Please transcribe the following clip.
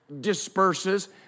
disperses